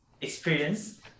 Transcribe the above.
experience